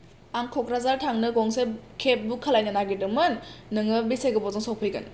आं क'क्राझार थांनो गंसे केब बुक खालायनो नागेरदोंमोन नोङो बेसे गोबावजों सफैगोन